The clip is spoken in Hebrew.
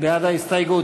בעד ההסתייגות.